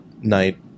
night